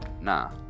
Nah